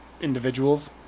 Individuals